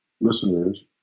listeners